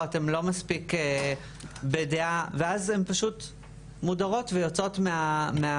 אתן לא מספיק בדעה.." ואז הן פשוט מודרות ויוצאות מהשיח.